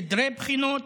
סדרי בחינות,